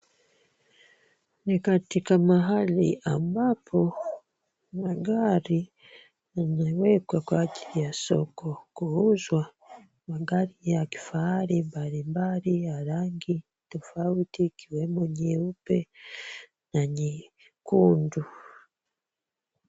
Ni katika mahali ambapo magari yanawekwa kwa ajili ya soko kuuzwa. Magari ya kifahari mbalimbali ya rangi tofauti ikiwemo nyeupe na nyekundu.